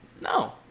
No